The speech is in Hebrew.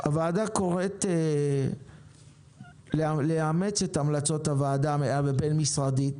הוועדה קוראת לאמץ את המלצות הוועדה הבין-משרדית.